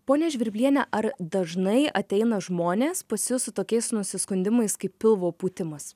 ponia žvirbliene ar dažnai ateina žmonės pas jus su tokiais nusiskundimais kaip pilvo pūtimas